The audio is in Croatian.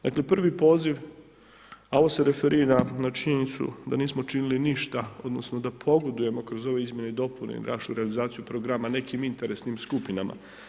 Dakle, prvi poziv, a ovo se referira na činjenicu da nismo učinili ništa, odnosno da pogodujemo kroz ove izmjene i dopune i našu rekviziciju programa nekim interesnim skupinama.